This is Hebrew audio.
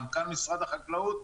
מנכ"ל משרד החקלאות,